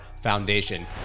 Foundation